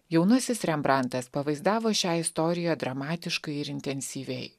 jaunasis rembrantas pavaizdavo šią istoriją dramatiškai ir intensyviai